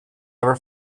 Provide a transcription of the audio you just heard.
ever